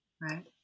right